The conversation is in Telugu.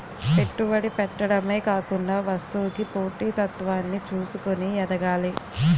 పెట్టుబడి పెట్టడమే కాకుండా వస్తువుకి పోటీ తత్వాన్ని చూసుకొని ఎదగాలి